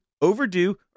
overdue